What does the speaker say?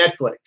Netflix